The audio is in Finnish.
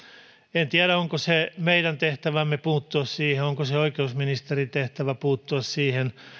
en tiedä onko se meidän tehtävämme puuttua siihen onko se oikeusministerin tehtävä puuttua siihen